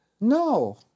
No